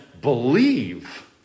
believe